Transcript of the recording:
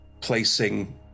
placing